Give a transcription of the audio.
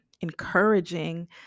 encouraging